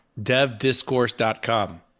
devdiscourse.com